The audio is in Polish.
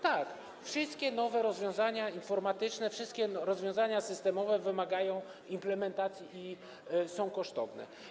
Tak, wszystkie nowe rozwiązania informatyczne, rozwiązania systemowe wymagają implementacji i są kosztowne.